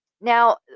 Now